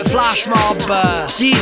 Flashmob